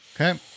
Okay